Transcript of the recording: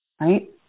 Right